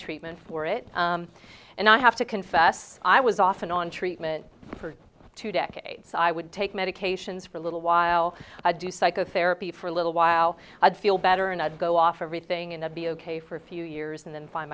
treatment for it and i have to confess i was often on treatment for two decades so i would take medications for a little while i do psychotherapy for a little while i'd feel better and i'd go off everything and i'd be ok for a few years and then find